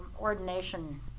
ordination